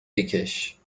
بکش